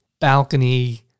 balcony